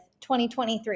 2023